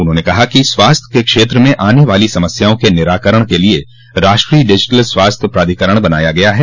उन्होंने कहा कि स्वास्थ्य के क्षेत्र में आने वाली समस्याओं के निराकरण के लिए राष्ट्रीय डिजिटल स्वास्थ्य प्राधिकरण बनाया गया है